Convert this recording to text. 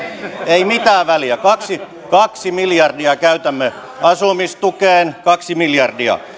ei mitään väliä kaksi kaksi miljardia käytämme asumistukeen kaksi miljardia